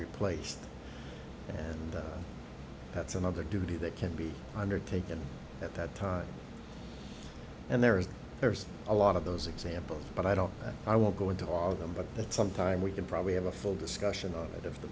replaced and that's another duty that can be undertaken at that time and there is there's a lot of those examples but i don't i won't go into all of them but at some time we can probably have a full discussion of the